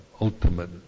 Ultimate